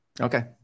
Okay